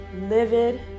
livid